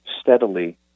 steadily